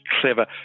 clever